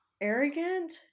Arrogant